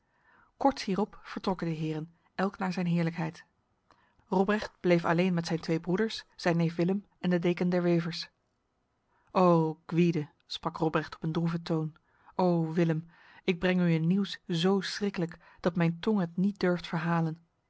korts hierop vertrokken de heren elk naar zijn heerlijkheid robrecht bleef alleen met zijn twee broeders zijn neef willem en de deken der wevers o gwyde sprak robrecht op een droeve toon o willem ik breng u een nieuws zo schriklijk dat mijn tong het niet durft verhalen